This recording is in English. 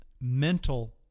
mental